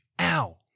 Ow